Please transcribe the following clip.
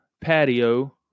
patio